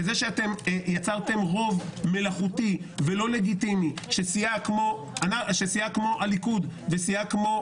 וזה שאתם יצרתם רוב מלאכותי ולא לגיטימי שסיעה כמו הליכוד וסיעה כמו